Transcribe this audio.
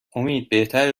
امید، بهتره